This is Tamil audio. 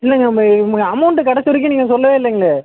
இல்லைங்க அமௌண்ட்டு கடைசி வரைக்கும் நீங்கள் சொல்லவே இல்லைங்களே